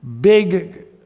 big